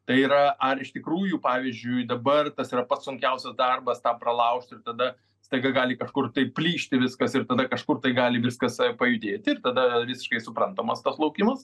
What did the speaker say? tai yra ar iš tikrųjų pavyzdžiui dabar tas yra pats sunkiausias darbas tą pralaužti ir tada staiga gali kažkur tai plyšti viskas ir tada kažkur tai gali viskas pajudėti ir tada visiškai suprantamas tas laukimas